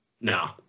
No